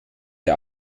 der